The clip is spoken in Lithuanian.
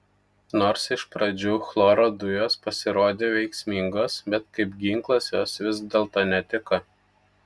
nors iš pradžių chloro dujos pasirodė veiksmingos bet kaip ginklas jos vis dėlto netiko